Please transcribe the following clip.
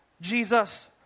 Jesus